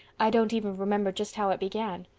i don't even remember just how it began.